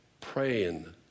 Praying